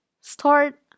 start